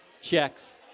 checks